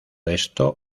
esto